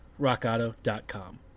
RockAuto.com